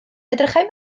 edrychai